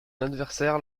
adversaire